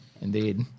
Indeed